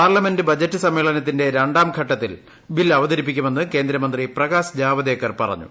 parliament budget സമ്മേളനത്തിന്റെ ര ാംഘട്ടത്തിൽ ബിൽ അവതരിപ്പിക്കുമെന്ന് കേന്ദ്രമന്ത്രി പ്രകാശ് ജാവ്ദേക്കർ പറഞ്ഞു